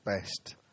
best